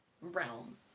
realm